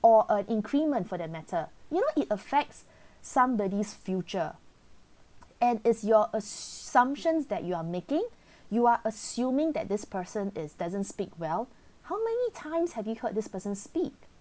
or or increment for that matter you know it affects somebody's future and is your assumptions that you are making you are assuming that this person is doesn't speak well how many times have you heard this person speak